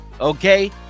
okay